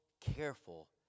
careful